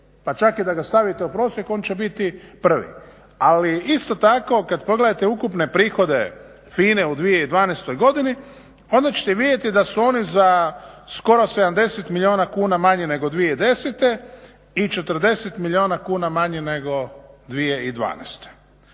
pa čak i da ga stavite u prosjek on će biti prvi. Ali isto tako kada pogledate ukupne prihode FINA-e u 2012. godini, onda ćete vidjeti da su one za skoro 70 milijuna kuna manje nego 2010. i 40 milijuna kuna manje nego 2012.